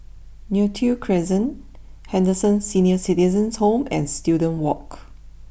Neo Tiew Crescent Henderson Senior Citizens' Home and Student walk